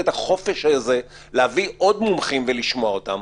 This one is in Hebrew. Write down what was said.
את החופש הזה להביא עוד מומחים ולשמוע אותם,